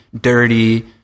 dirty